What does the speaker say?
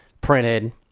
printed